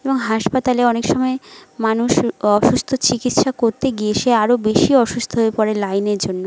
এবং হাসপাতালে অনেক সময় মানুষ অসুস্থ চিকিৎসা করতে গিয়ে সে আরও বেশি অসুস্থ হয়ে পড়ে লাইনের জন্য